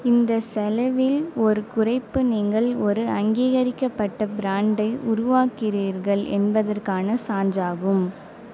இந்த செலவில் ஒரு குறைப்பு நீங்கள் ஒரு அங்கீகரிக்கப்பட்ட பிராண்டை உருவாக்குகிறீர்கள் என்பதற்கான சான்றாகும்